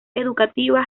educativa